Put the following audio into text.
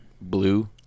blue